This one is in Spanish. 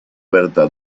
berta